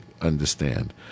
understand